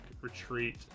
retreat